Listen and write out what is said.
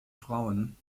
frauen